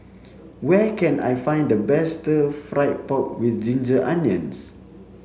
where can I find the best stir fried pork with ginger onions